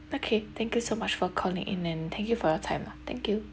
okay thank you so much for calling in and thank you for your time lah thank you